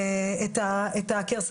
את עקר,